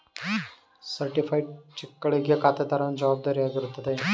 certified ಚೆಕ್ಗಳಿಗೆ ಖಾತೆದಾರನ ಜವಾಬ್ದಾರಿಯಾಗಿರುತ್ತದೆ